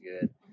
good